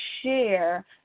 share